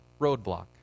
roadblock